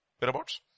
whereabouts